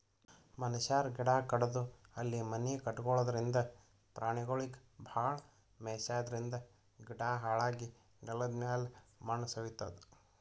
ಮನಶ್ಯಾರ್ ಗಿಡ ಕಡದು ಅಲ್ಲಿ ಮನಿ ಕಟಗೊಳದ್ರಿಂದ, ಪ್ರಾಣಿಗೊಳಿಗ್ ಭಾಳ್ ಮೆಯ್ಸಾದ್ರಿನ್ದ ಗಿಡ ಹಾಳಾಗಿ ನೆಲದಮ್ಯಾಲ್ ಮಣ್ಣ್ ಸವಿತದ್